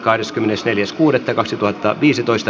keskustelua ei syntynyt